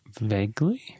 Vaguely